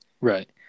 right